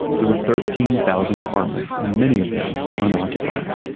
there were thirteen thousand apartments and many of them were unoccupied,